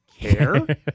care